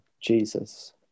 Jesus